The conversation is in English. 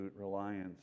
reliance